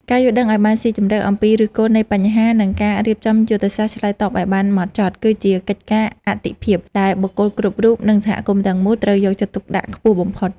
ការយល់ដឹងឱ្យបានស៊ីជម្រៅអំពីឫសគល់នៃបញ្ហា និងការរៀបចំយុទ្ធសាស្ត្រឆ្លើយតបឱ្យបានហ្មត់ចត់ គឺជាកិច្ចការអាទិភាពដែលបុគ្គលគ្រប់រូប និងសហគមន៍ទាំងមូលត្រូវយកចិត្តទុកដាក់ខ្ពស់បំផុត។